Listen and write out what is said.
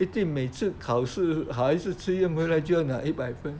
一定每次考试还是测验回来就要拿一百分